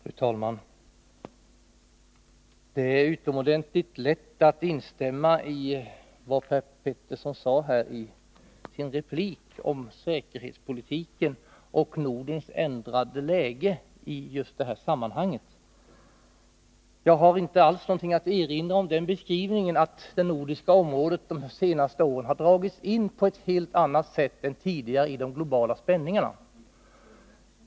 Fru talman! Det är utomordentligt lätt att instämma i det som Per Petersson sade om säkerhetspolitiken och Nordens förändrade situation i det sammanhanget. Jag har inte alls något att erinra mot beskrivningen att det nordiska området de senaste åren på ett helt annat sätt än tidigare har dragits in i de globala spänningarna.